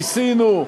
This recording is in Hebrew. ניסינו.